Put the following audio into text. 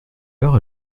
heure